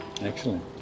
Excellent